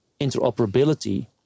interoperability